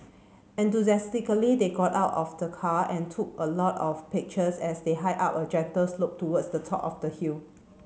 enthusiastically they got out of the car and took a lot of pictures as they hiked up a gentle slope towards the top of the hill